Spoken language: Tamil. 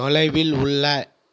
தொலைவில் உள்ள